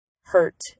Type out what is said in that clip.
hurt